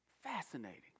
Fascinating